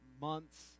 months